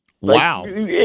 Wow